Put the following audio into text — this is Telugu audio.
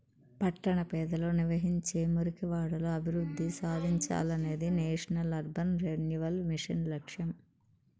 పట్టణ పేదలు నివసించే మురికివాడలు అభివృద్ధి సాధించాలనేదే నేషనల్ అర్బన్ రెన్యువల్ మిషన్ లక్ష్యం